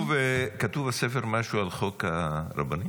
כתוב בספר משהו על חוק הרבנים?